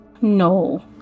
No